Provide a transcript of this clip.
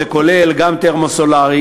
זה כולל גם תרמו-סולרי,